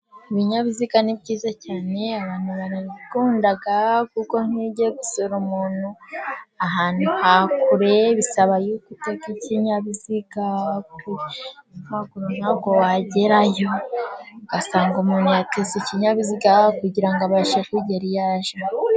Ibinyabiziga ni byiza cyane, abantu barabikunda kuko nk'iyo ugiye gusura umuntu ahantu ha kure bisaba yuko uteka ikinkinyabiziga kuko ntabwo wagerayo, ugasanga umuntu yateze ikinyabiziga kugira ngo abashe kugera iyo ajya.